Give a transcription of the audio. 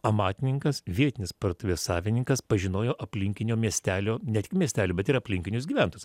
amatininkas vietinis parduotuvės savininkas pažinojo aplinkinio miestelio ne tik miestelį bet ir aplinkinius gyventojus